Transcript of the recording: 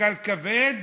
משקל כבד